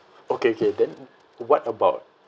okay okay then what about